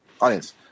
Audience